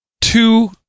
two